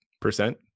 Percent